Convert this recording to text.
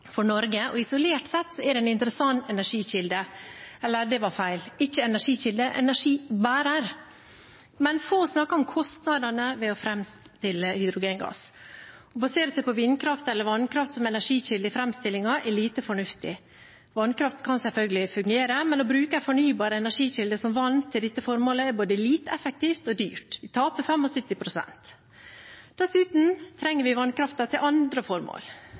Norge, og isolert sett er det en interessant energibærer, men få snakker om kostnadene ved å framstille hydrogengass. Å basere seg på vindkraft eller vannkraft som energikilde i framstillingen er lite fornuftig. Vannkraft kan selvfølgelig fungere, men å bruke en fornybar energikilde som vann til dette formålet, er både lite effektivt og dyrt. Vi taper 75 pst. Dessuten trenger vi vannkraften til andre formål.